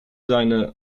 seine